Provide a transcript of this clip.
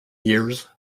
years